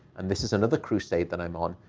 and this is another crusade that i am on.